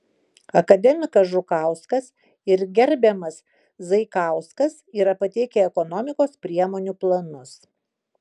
akademikas žukauskas ir gerbiamas zaikauskas yra pateikę ekonomikos priemonių planus